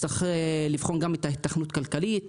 נצטרך לבחון גם את ההיתכנות הכלכלית,